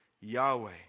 Yahweh